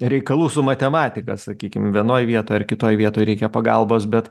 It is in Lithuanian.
reikalų su matematika sakykim vienoj vietoj ar kitoj vietoj reikia pagalbos bet